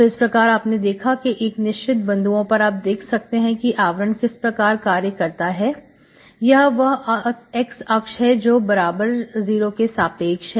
तो इस प्रकार अपने देखा कि किसी एक निश्चित बिंदुओं पर आप देख सकते हैं कि आवरण किस प्रकार कार्य करता है यह वह x अक्ष है जो y बराबर 0 के सापेक्ष है